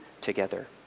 together